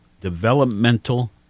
Developmental